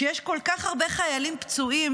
שיש כל כך הרבה חיילים פצועים,